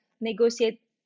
negotiate